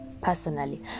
personally